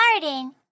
garden